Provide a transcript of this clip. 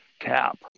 cap